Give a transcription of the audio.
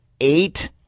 eight